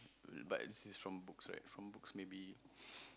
uh but this is from books right from books maybe